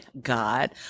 God